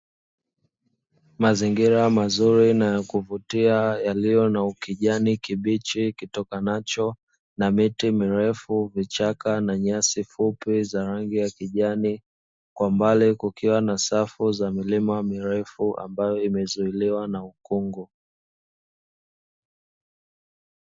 Mazingira mazuri na yakuvutia yaliyo na ukijani kibichi kitokanacho na miti mirefu, vichaka na nyasi fupi za rangi ya kijani kwa mbali kukiwa na safu za milima mirefu ambayo imezuiliwa na ukungu.